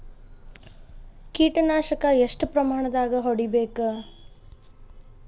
ಕೇಟ ನಾಶಕ ಎಷ್ಟ ಪ್ರಮಾಣದಾಗ್ ಹೊಡಿಬೇಕ?